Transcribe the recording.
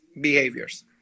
behaviors